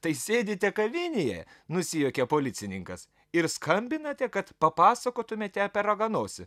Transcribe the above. tai sėdite kavinėje nusijuokė policininkas ir skambinate kad papasakotumėte apie raganosį